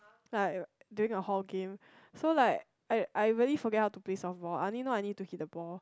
like during a hall game so like I I really forget how to play softball I only know I need to hit the ball